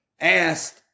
asked